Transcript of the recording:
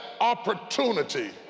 opportunity